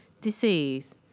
Disease